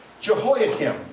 Jehoiakim